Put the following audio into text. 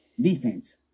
defense